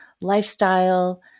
lifestyle